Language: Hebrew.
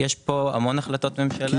יש פה המון החלטות ממשלה.